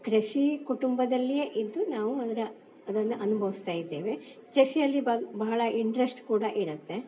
ಕೃಷಿ ಕುಟುಂಬದಲ್ಲಿಯೇ ಇದ್ದು ನಾವು ಅದರ ಅದನ್ನು ಅನುಭವಿಸ್ತಾ ಇದ್ದೇವೆ ಕೃಷಿಯಲ್ಲಿ ಬಹಳ ಇಂಟ್ರೆಸ್ಟ್ ಕೂಡ ಇರುತ್ತೆ